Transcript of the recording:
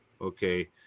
Okay